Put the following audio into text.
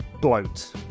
bloat